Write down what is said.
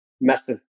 massive